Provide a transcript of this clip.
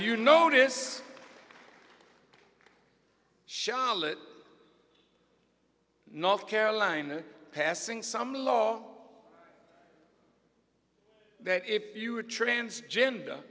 you notice charlotte north carolina passing some law that if you are transgender